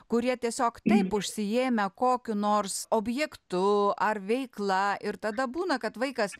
kurie tiesiog taip užsiėmę kokiu nors objektu ar veikla ir tada būna kad vaikas